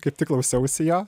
kaip tik klausiausi jo